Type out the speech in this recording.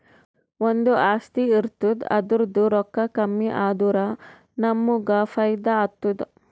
ಒಂದು ಆಸ್ತಿ ಇರ್ತುದ್ ಅದುರ್ದೂ ರೊಕ್ಕಾ ಕಮ್ಮಿ ಆದುರ ನಮ್ಮೂಗ್ ಫೈದಾ ಆತ್ತುದ